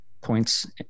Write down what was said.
points